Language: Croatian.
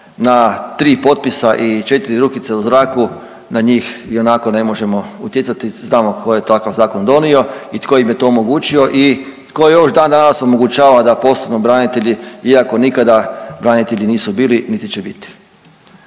na 3 potpisa i 4 rukice u zraku, na njih ionako ne možemo utjecati, znamo tko je takav zakon donio i tko im je to omogućio i tko još i dandanas omogućava da postanu branitelji iako nikada branitelji nisu bili niti će biti.